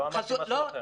לא אמרתי משהו אחר.